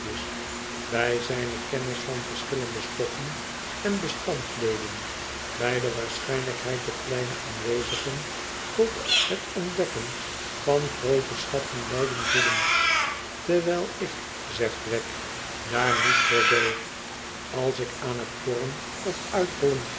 bij zijne kennis van verschillende stoffen en bestanddeelen bij de waarschijnlijkheid dat kleine aanwijzingen tot het ontdekken van groote schatten leiden zullen terwijl ik zegt wegg daar niet voor deug als ik aan het porren of uithollen